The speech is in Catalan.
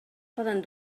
poden